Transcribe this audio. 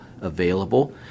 available